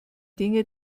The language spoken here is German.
dinge